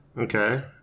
Okay